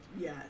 yes